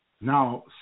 Now